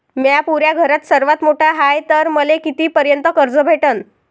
म्या पुऱ्या घरात सर्वांत मोठा हाय तर मले किती पर्यंत कर्ज भेटन?